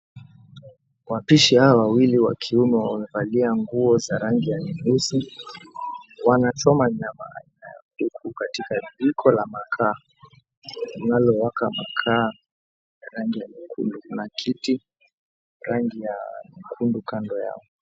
Wapishi hawa wawili wakiume wamevalia nguo za rangi ya nyeusi wanachoma nyama huku katika jiko la makaa linalo waka maa kwa rangi nyekundu na kiti rangi ya nyekundu kando yake.